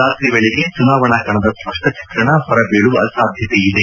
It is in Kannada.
ರಾತ್ರಿ ವೇಳೆಗೆ ಚುನಾವಣಾ ಕಣದ ಸ್ಪಷ್ಟ ಚಿತ್ರಣ ಹೊರಬೀಳುವ ಸಾಧ್ಯತೆ ಇದೆ